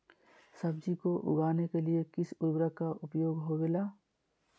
सब्जी को उगाने के लिए किस उर्वरक का उपयोग होबेला?